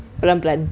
perlahan-perlahan